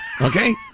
Okay